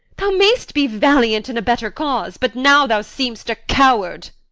thou mayst be valiant in a better cause, but now thou seem'st a coward.